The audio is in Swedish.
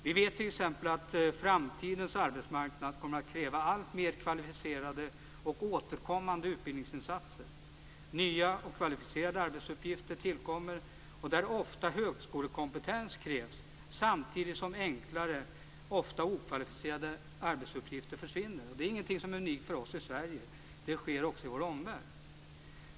Vi vet t.ex. att framtidens arbetsmarknad kommer att kräva alltmer kvalificerade och återkommande utbildningsinsatser. Nya och kvalificerade arbetsuppgifter tillkommer där ofta högskolekompetens krävs, samtidigt som enklare ofta okvalificerade arbetsuppgifter försvinner. Det är ingenting som är unikt för oss i Sverige. Det sker också i vår omvärld.